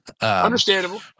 Understandable